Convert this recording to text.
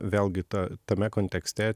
vėlgi ta tame kontekste